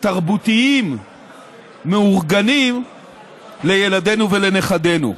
תרבותיים מאורגנים לילדינו ולנכדינו.